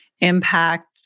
impact